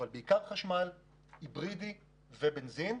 היברידי ובנזין.